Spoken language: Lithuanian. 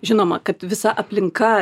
žinoma kad visa aplinka